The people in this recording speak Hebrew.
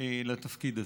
לתפקיד הזה.